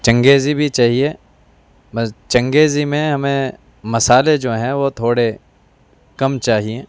چنگیزی بھی چاہیے بس چنگیزی میں ہمیں مصالحے جو ہیں وہ تھوڑے کم چاہیے